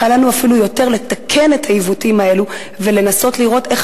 קל לנו אפילו יותר לתקן את העיוותים האלו ולנסות לראות איך